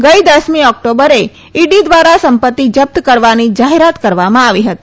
ગઈ દસમી ઓક્ટોબરે ઈડી દ્વારા સંપત્તિ જપ્ત કરવાની જાહેરાત કરવામાં આવી હતી